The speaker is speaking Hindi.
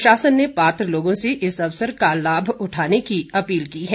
प्रशासन ने पात्र लोगों से इस अवसर का लाभ उठाने की अपील की है